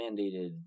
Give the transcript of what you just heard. mandated